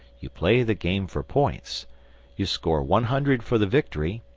you play the game for points you score one hundred for the victory,